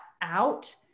out